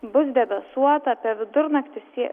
bus debesuota apie vidurnaktį sie